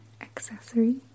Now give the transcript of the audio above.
accessory